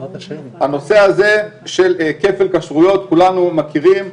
הנושא הזה של כפל כשרויות, כולנו מכירים,